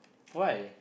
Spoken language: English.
why